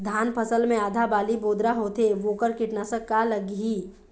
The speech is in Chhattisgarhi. धान फसल मे आधा बाली बोदरा होथे वोकर कीटनाशक का लागिही?